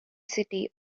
city